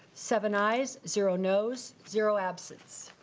seven ayes, zero noes, zero absence.